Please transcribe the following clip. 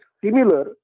similar